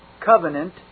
covenant